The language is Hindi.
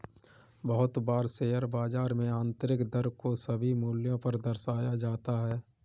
बहुत बार शेयर बाजार में आन्तरिक दर को सभी मूल्यों पर दर्शाया जाता है